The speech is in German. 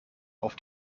auf